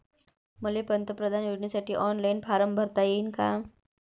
मले पंतप्रधान योजनेसाठी ऑनलाईन फारम भरता येईन का?